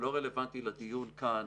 לא רלוונטי לדיון כאן.